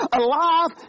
alive